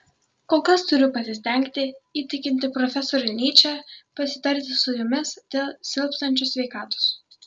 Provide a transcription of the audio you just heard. kol kas turiu pasistengti įtikinti profesorių nyčę pasitarti su jumis dėl silpstančios sveikatos